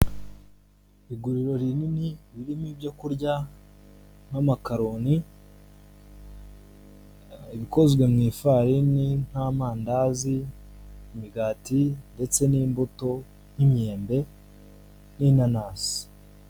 Iguriro rinini ririmo ibyo kurya nk'amakaroni, ibikozwe mu ifarini nk'amandazi, imigati ndetse n'imbuto nk'imyembe n'inanasi.